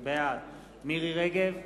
בעד מירי רגב,